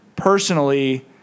Personally